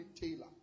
Taylor